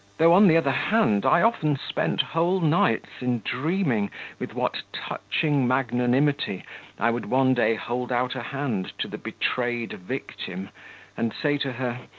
though, on the other hand, i often spent whole nights in dreaming with what touching magnanimity i would one day hold out a hand to the betrayed victim and say to her,